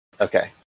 Okay